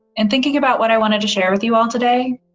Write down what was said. and thinking about what i wanted to share with you all today,